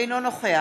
אינו נוכח